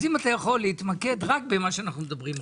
אם אתה יכול, תתמקד רק במה שאנחנו מדברים עליו.